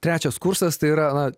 trečias kursas tai yra na